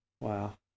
Wow